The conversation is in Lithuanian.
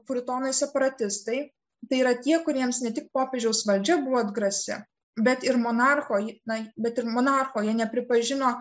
puritonai separatistai tai yra tie kuriems ne tik popiežiaus valdžia buvo atgrasi bet ir monarcho na bet ir monarcho jie nepripažino